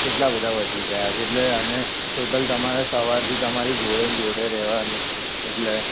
કેટલાં બધાં વધી ગયાં છે એટલે અને ટોટલ સવારથી તમારી જોડે ને જોડે રહેવાનું એટલે